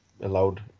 allowed